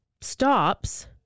stops